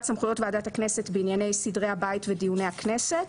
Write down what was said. סמכויות ועדת הכנסת בענייני סדרי הבית ודיוני הכנסת.